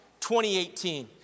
2018